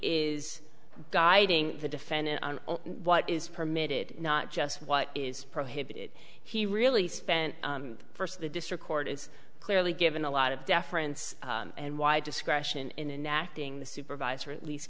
is guiding the defendant on what is permitted not just what is prohibited he really spent first the district court is clearly given a lot of deference and wide discretion in an acting the supervisor at least